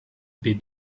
beat